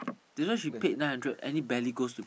do you know she paid nine hundred and it barely goes to